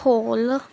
ਖੋਲ੍ਹ